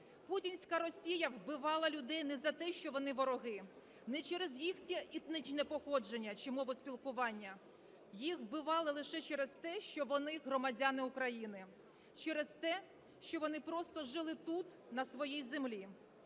Путінська Росія вбивала людей не за те, що вони вороги, не через їхнє етнічне походження чи мову спілкування, їх вбивали лише через те, що вони громадяни України, через те, що вони просто жили тут, на своїй землі,